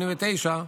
89,